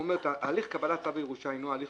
הוא אומר: "הליך קבלת צו ירושה הינו הליך